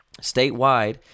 Statewide